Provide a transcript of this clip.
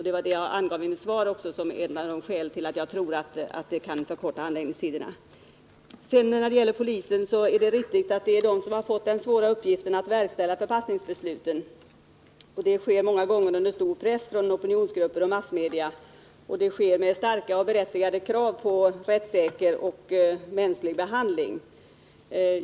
Detta angav jag också i mitt svar som ett av skälen till att jag tror att handläggningstiderna kan komma att förkortas. När det sedan gäller polisen, så är det riktigt att polisen fått den svåra uppgiften att verkställa förpassningsbesluten. Det sker många gånger under kraftig press från opinionsgrupper och massmedia och mot bakgrund av starka och berättigade krav på rättssäker och mänsklig behandling.